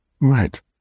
Right